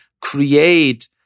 create